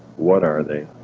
what are they?